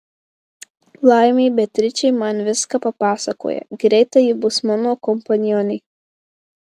laimė beatričė man viską papasakoja greitai ji bus mano kompanionė